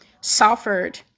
suffered